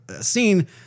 scene